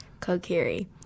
kokiri